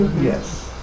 yes